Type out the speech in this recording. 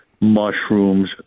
mushrooms